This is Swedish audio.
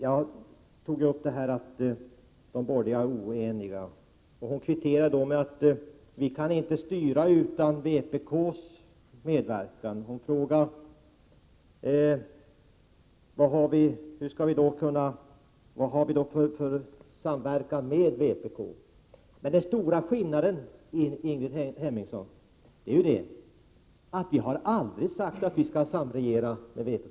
Jag sade att de borgerliga är oeniga. Ingrid Hemmingsson kvitterade med att socialdemokraterna inte kan styra utan vpk:s medverkan, och hon frågade vad vi har för samverkan med vpk. Den stora skillnaden, Ingrid Hemmingsson, är att vi aldrig har sagt att vi skall samregera med vpk.